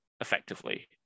effectively